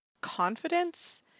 confidence